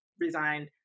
resigned